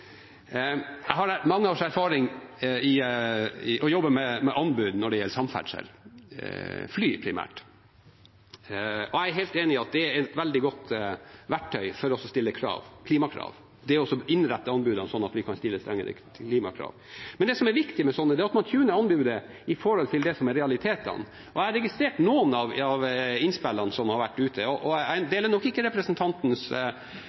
Jeg ser at finansministeren ser på meg – det skal ikke koste en krone. Jeg har mange års erfaring med å jobbe med anbud når det gjelder samferdsel, primært fly. Jeg er helt enig i at det er et veldig godt verktøy for å stille klimakrav, å innrette anbudene slik at vi kan stille strengere klimakrav. Men det som er viktig, er at man tuner anbudet i forhold til realitetene. Jeg har registrert noen av innspillene som har kommet ute, og jeg